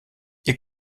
ihr